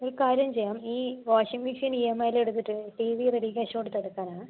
ഒരു കാര്യം ചെയ്യാം ഈ വാഷിങ്ങ് മെഷീൻ ഇ എം ഐയിലെടുത്തിട്ട് ടി വി റെഡി ക്യാഷ് കൊടുത്ത് എടുക്കാനാണ്